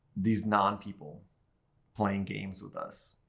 these non-people playing games with us.